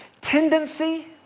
tendency